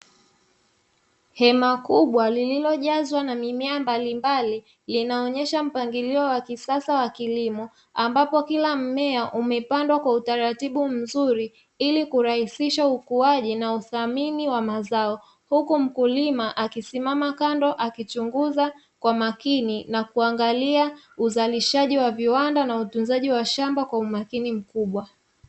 Hema kubwa lililojazwa na mimea mbalimbali, linaonyesha mpangilio wa kisasa wa kilimo, ambapo Kila mmea umepandwa kwa utaratibu mzuri, ili kurahisisha ukuaji na uthamini wa mazao. Huku mkulima akisimama kando akichunguza kwa makini, na kuangalia uzalishaji wa viwanda na utunzaji wa shamba kwa umakini mkubwa.